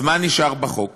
אז מה נשאר בחוק